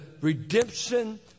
redemption